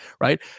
right